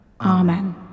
Amen